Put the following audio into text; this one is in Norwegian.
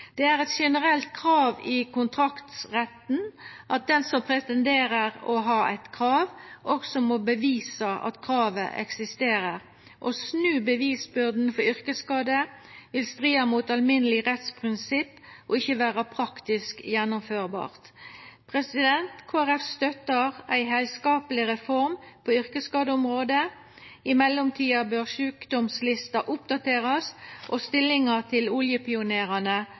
Det er eit generelt krav i kontraktsretten at den som pretenderer å ha eit krav, også må bevisa at kravet eksisterer. Å snu bevisbyrda for yrkesskade ville strida mot alminnelege rettsprinsipp og ikkje vera praktisk gjennomførbart. Kristeleg Folkeparti støttar ei heilskapleg reform på yrkesskadeområdet. I mellomtida bør sjukdomslista oppdaterast og stillinga til